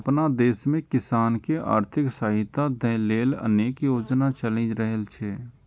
अपना देश मे किसान कें आर्थिक सहायता दै लेल अनेक योजना चलि रहल छै